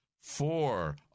Four